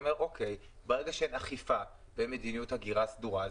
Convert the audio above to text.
אומר שברגע שאין אכיפה ואין מדיניות הגירה סדורה,